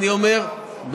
אתה יודע שהחוק הזה לא יעבור.